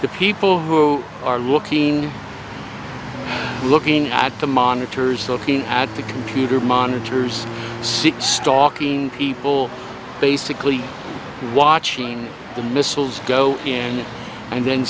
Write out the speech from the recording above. the people who are looking looking at the monitors looking at the computer monitors see stalking people basically watching the missiles go in and then